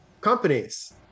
companies